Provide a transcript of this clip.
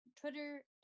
Twitter